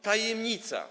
Tajemnica.